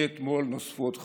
מאתמול נוספו עוד חמישה.